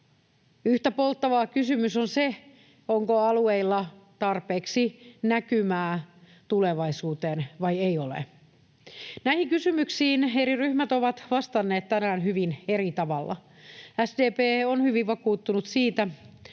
Yhtä polttava kysymys on se, onko alueilla tarpeeksi näkymää tulevaisuuteen vai eikö ole. Näihin kysymyksiin eri ryhmät ovat vastanneet tänään hyvin eri tavalla. SDP on hyvin vakuuttunut siitä, että